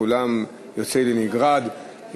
כולם יוצאי לנינגרד,